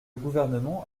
gouvernement